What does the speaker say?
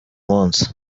munsi